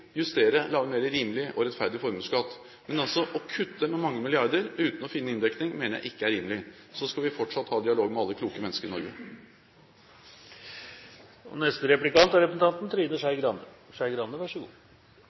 justere og lage mer rimelig og rettferdig formuesskatt. Men å kutte med mange milliarder kroner uten å finne inndekning mener jeg ikke er rimelig. Så skal vi fortsatt ha dialog med alle kloke mennesker i Norge. Jeg tror ikke at Roar Flåthens utgangspunkt er